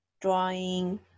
drawing